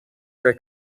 for